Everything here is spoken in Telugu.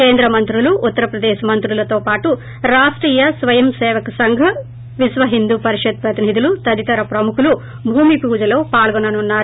కేంద్ర మంత్రులు ఉత్తర ప్రదేశ్ మంత్రులతో పాటు రాష్టియ స్వయంసేవక్ సంఘ్ విశ్వ హిందు పరిషత్ ప్రతినిధులు తదితర ప్రముఖులు భూమి పూజలో పాల్గొనన్నారు